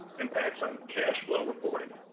impacts on cash flow reporting.